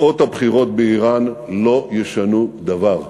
תוצאות הבחירות באיראן לא ישנו דבר.